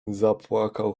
zapłakał